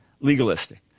legalistic